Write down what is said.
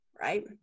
right